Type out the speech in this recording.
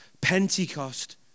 Pentecost